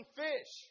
fish